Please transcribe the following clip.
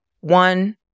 One